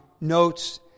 notes